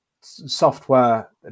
software